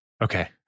Okay